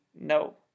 no